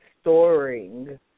storing